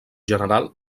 general